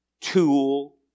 tool